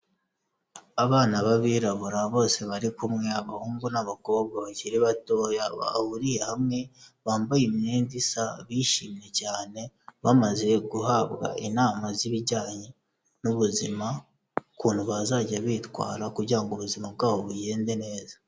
Abana b'abirabura bose bari kumwe, abahungu n'abakobwa bakiri batoya, bahuriye hamwe, bambaye imyenda isa, bishimye cyane bamaze guhabwa inama z'ibijyanye n'ubuzima, ukuntu bazajya bitwara kugira ngo ubuzima bwabo bugende neza.